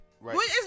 Right